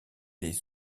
des